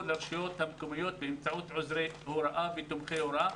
לרשויות המקומיות באמצעות עוזרי הוראה ותומכי הוראה.